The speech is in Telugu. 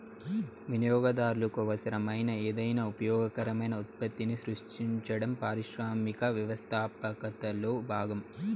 వినియోగదారులకు అవసరమైన ఏదైనా ఉపయోగకరమైన ఉత్పత్తిని సృష్టించడం పారిశ్రామిక వ్యవస్థాపకతలో భాగం